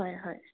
হয় হয়